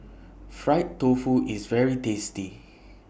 Fried Tofu IS very tasty